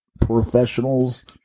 professionals